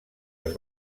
els